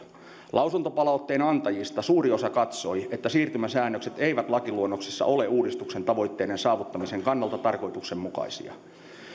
lausuntopalautteen antajista suuri osa katsoi että siirtymäsäännökset eivät lakiluonnoksessa ole uudistuksen tavoitteiden saavuttamisen kannalta tarkoituksenmukaisia